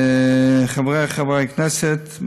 חברי חברי הכנסת,